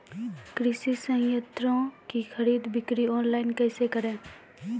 कृषि संयंत्रों की खरीद बिक्री ऑनलाइन कैसे करे?